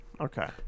Okay